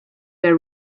their